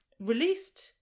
released